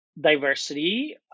diversity